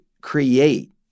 create